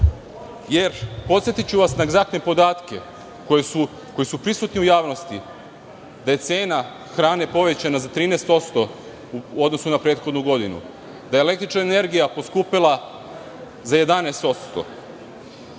godine? Podsetiću vas na egzaktne podatke koji su prisutni u javnosti, da je cena hrane povećana za 13% u odnosu na prethodnu godinu, da je električna energija poskupela za 11%,